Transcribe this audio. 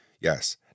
yes